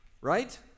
right